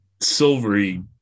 silvery